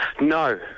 No